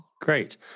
great